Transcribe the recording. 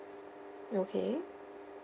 okay